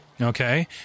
Okay